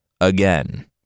again